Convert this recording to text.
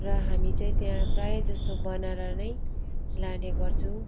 र हामी चाहिँ त्यहाँ प्रायः जस्तो बनाएर नै लाने गर्छु